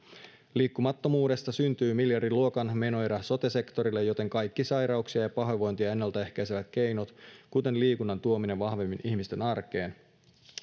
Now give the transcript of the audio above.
liikkumattomuudesta syntyy miljardiluokan menoerä sote sektorille joten kaikkia sairauksia ja pahoinvointia ennaltaehkäiseviä keinoja kuten liikunnan tuomista vahvemmin ihmisten arkeen